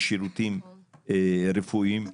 לשירותים רפואיים,